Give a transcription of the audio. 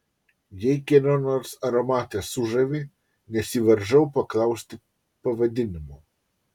jei kieno nors aromatas sužavi nesivaržau paklausti pavadinimo